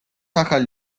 ახალი